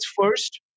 first